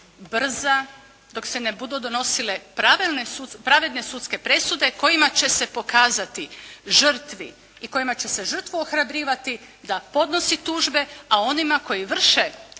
brza, dok se ne budu donosile pravedne sudske presude kojima će se pokazati žrtvi i kojima će se žrtvu ohrabrivati da podnosi tužbe a onima koji vrše